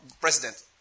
president